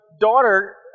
daughter